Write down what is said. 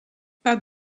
pas